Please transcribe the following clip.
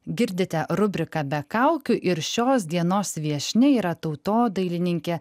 girdite rubriką be kaukių ir šios dienos viešnia yra tautodailininkė